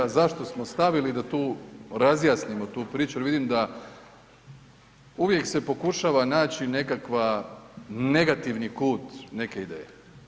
Zašto smo stavili da tu razjasnimo tu priču jer vidim da uvijek se pokušava naći nekakva, negativni kut neke ideje.